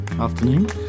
afternoon